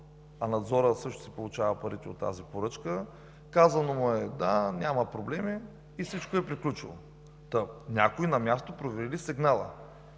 а надзорът също си получава парите от тази поръчка, казано му е: да, няма проблеми и всичко е приключило? Някой на място провери ли сигнала?